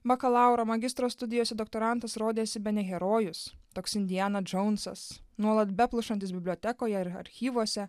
bakalauro magistro studijose doktorantas rodėsi bene herojus toks indiana džonsas nuolat be plušantis bibliotekoje ar archyvuose